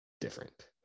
different